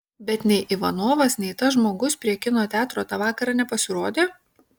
bet nei ivanovas nei tas žmogus prie kino teatro tą vakarą nepasirodė